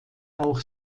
auch